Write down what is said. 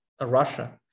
Russia